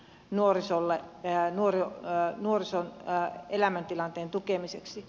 nuorisolle jää juuri näin olisi nuorison elämäntilanteen tukemiseksi